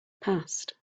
passed